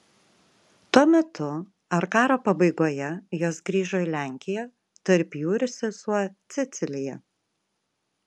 tuo metu ar karo pabaigoje jos grįžo į lenkiją tarp jų ir sesuo cecilija